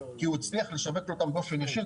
כי הוא הצליח לשווק אותם באופן ישיר,